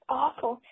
awful